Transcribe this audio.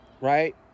right